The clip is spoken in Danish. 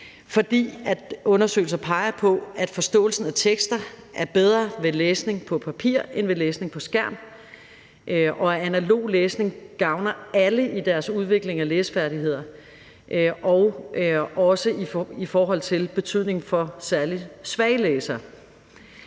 for undersøgelser peger på, at forståelsen af tekster er bedre ved læsning på papir end ved læsning på skærm, og at analog læsning gavner alle i deres udvikling af læsefærdigheder og har betydning for særlig svage læsere.